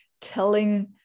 telling